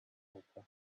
helper